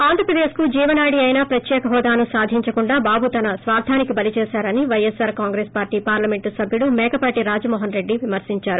ఆంధ్రప్రదేశ్కి జీవనాడి అయిన ప్రత్యేక హోదాను సాధించకుండా బాబు తన స్వార్థానికి బలి చేశారని పైఎస్పార్ కాంగ్రెస్ పార్టీ పార్ణమెంట్ సభ్యుడు మేకపాటి రాజమోహన్ రెడ్డి విమర్పించారు